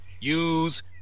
use